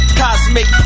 cosmic